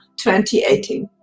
2018